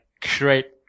create